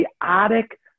chaotic